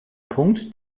punkt